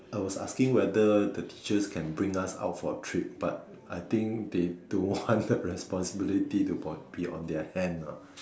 I was asking whether the teachers can bring us out for trip but I think they don't want the responsibility to be on their hand ah